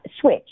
switch